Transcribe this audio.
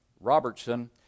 Robertson